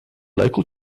local